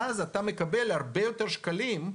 ואז אתה מקבל הרבה יותר שקלים,